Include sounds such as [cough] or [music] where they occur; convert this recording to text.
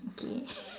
okay [laughs]